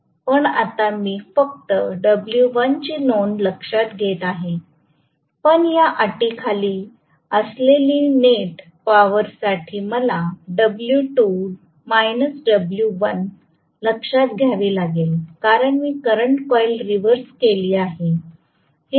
पण आता मी फक्त डब्ल्यू 1 ची नोंद लक्षात घेत आहे पण या अटी खाली असलेली नेट पॉवर साठी मला डब्ल्यू 2 डब्ल्यू 1 लक्षात घ्यावी लागेल कारण मी करंट कॉइल रिव्हर्स केली आहे